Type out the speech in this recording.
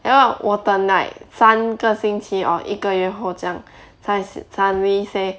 then 我我等 like 三个星期 or 一个月后这样再 suddenly say